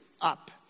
up